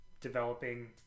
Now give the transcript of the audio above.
developing